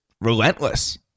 relentless